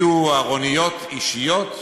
יהיו ארוניות אישיות.